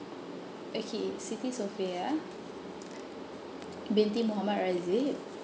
okay siti sofia binti mohammed razif